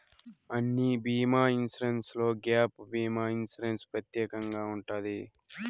అన్ని బీమా ఇన్సూరెన్స్లో గ్యాప్ భీమా ఇన్సూరెన్స్ ప్రత్యేకంగా ఉంటది